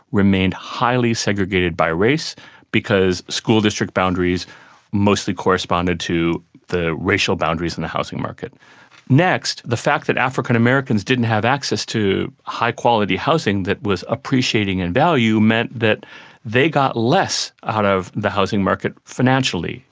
remained highly segregated by race because school district boundaries mostly corresponded to the racial boundaries in the housing market next, the fact that african americans didn't have access to high-quality housing that was appreciating in value meant that they got less out of the housing market financially.